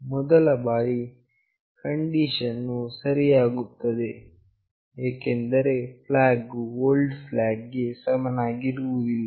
ಮೊದಲ ಬಾರಿ ಕಂಡೀಷನ್ ವು ಸರಿಯಾಗಿರುತ್ತದೆ ಏಕೆಂದರೆ flag ವು old flag ಗೆ ಸಮನಾಗಿರುವುದಿಲ್ಲ